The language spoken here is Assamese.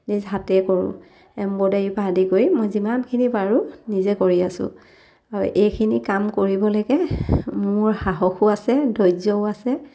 নিজ হাতেৰেই কৰোঁ এম্ব্ৰইডাৰীৰপৰা আদি কৰি মই যিমানখিনি পাৰোঁ নিজে কৰি আছো আৰু এইখিনি কাম কৰিবলৈকে মোৰ সাহসো আছে ধৈৰ্যও আছে